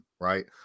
right